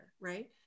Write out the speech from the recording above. right